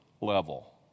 level